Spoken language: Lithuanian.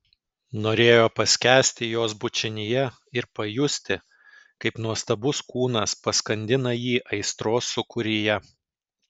norėjo paskęsti jos bučinyje ir pajusti kaip nuostabus kūnas paskandina jį aistros sūkuryje